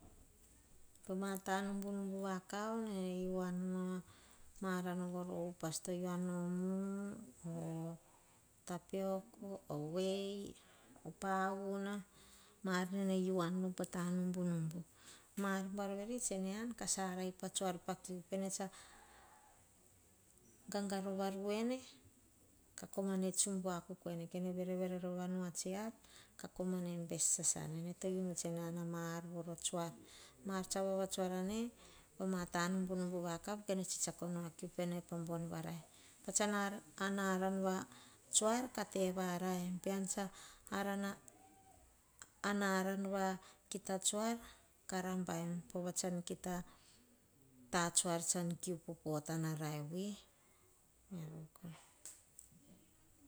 Ma tanumnumbu vakav, ne yiu an'nu aran voro upas, yiu an nu mu mono tapiok, wei, pa una ar ne yiu an nu pa tanumbu. Mar buar veri tsa sara ei pa tsuar pa kiu, ene tsa ganga rova ru wene ka ko mane tsumbu, akuk wene. Kene vere a tsiar ka komang bes sasane. Ne to yiu nu ka an mar voro tsuar. Mar tsa vavatsuar ane da ma tanumbu numbu vakav ka tse tsiako nu ma kiu pene bon bua ne. Pats tsa an a aran va tsuar ka te varia em. Pean tsa an a aran kia ta tsuar kara baim powa tsi kia tsuar pa kiu. Pa potana rai vi